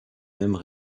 mêmes